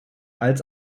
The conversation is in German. als